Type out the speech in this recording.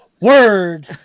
Word